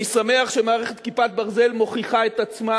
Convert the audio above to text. אני שמח שמערכת "כיפת ברזל" מוכיחה את עצמה.